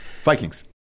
vikings